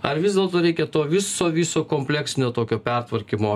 ar vis dėlto reikia to viso viso kompleksinio tokio pertvarkymo